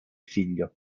figlio